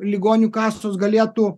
ligonių kasos galėtų